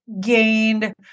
gained